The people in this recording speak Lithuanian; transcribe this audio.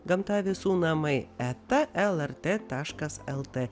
gamta visų namai eta elertė taškas eltė